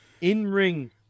in-ring